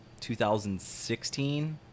2016